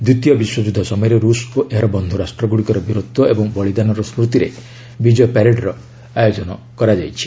ଦ୍ୱିତୀୟ ବିଶ୍ୱଯୁଦ୍ଧ ସମୟରେ ରୁଷ୍ ଓ ଏହାର ବନ୍ଧୁ ରାଷ୍ଟ୍ରଗୁଡ଼ିକର ବୀରତ୍ୱ ଏବଂ ବଳିଦାନର ସ୍କତିରେ ବିଜୟ ପ୍ୟାରେଡର ଆୟୋଜନ କରାଯାଇଛି